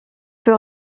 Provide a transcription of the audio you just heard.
fut